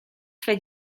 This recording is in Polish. swe